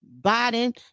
Biden